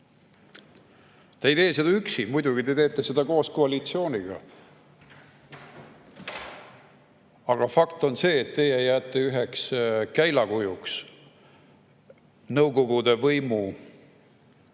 Te ei tee seda üksi, muidugi te teete seda koos koalitsiooniga. Aga fakt on see, et teie jääte üheks käilakujuks Nõukogude võimu